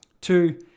Two